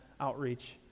outreach